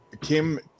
Kim